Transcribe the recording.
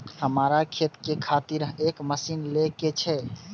हमरा खेती के खातिर एक मशीन ले के छे?